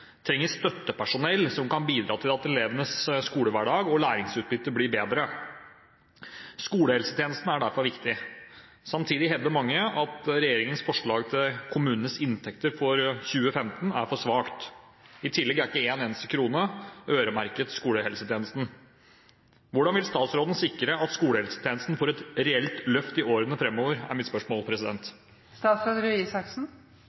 trenger støttepersonell som kan bidra til at elevens skolehverdag og læringsutbytte blir bedre. Skolehelsetjenesten er derfor viktig. Samtidig hevder mange at regjeringens forslag til kommunenes inntekter for 2015 er for svakt. I tillegg er ikke en krone øremerket skolehelsetjenesten. Hvordan vil statsråden sikre at skolehelsetjenesten får et reelt løft i årene